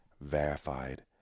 verified